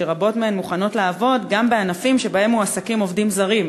שרבות מהן מוכנות לעבוד גם בענפים שבהם מועסקים עובדים זרים,